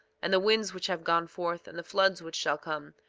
and the winds which have gone forth, and the floods which shall come.